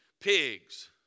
pigs